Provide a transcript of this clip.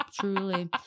Truly